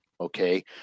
okay